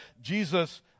jesus